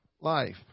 life